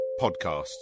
podcasts